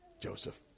Joseph